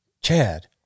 Chad